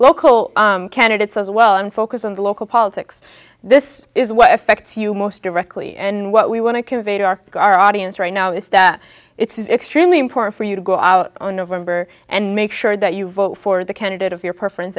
local candidates as well and focus on the local politics this is what affects you most directly and what we want to convey to our gar audience right now is that it's extremely important for you to go out on november and make sure that you vote for the candidate of your preference